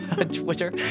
twitter